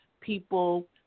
people